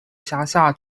辖下